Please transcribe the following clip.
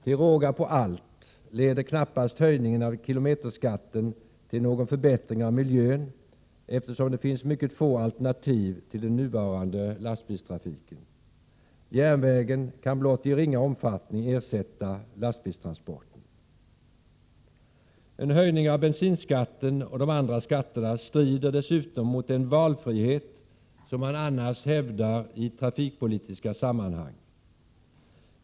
Till råga på allt leder knappast höjningen av kilometerskatten till någon förbättring av miljön, eftersom det finns mycket få alternativ till den nuvarande lastbilstrafiken. Järnvägen kan i blott ringa omfattning ersätta lastbilstransporten. En höjning av bensinskatten och de andra skatterna strider dessutom mot den valfrihet som man annars hävdar i trafikpolitiska sammanhang.